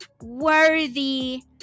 worthy